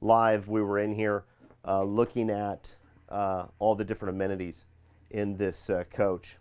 live we were in here looking at all the different amenities in this coach.